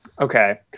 Okay